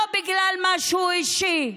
לא בגלל משהו אישי,